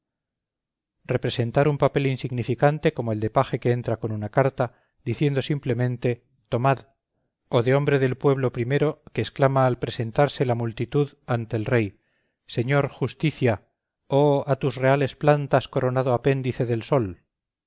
representar un papel insignificante como de paje que entra con una carta diciendo simplemente tomad o de hombre del pueblo primero que exclama al presentarse la multitud ante el rey señor justicia o a tus reales plantas coronado apéndice del sol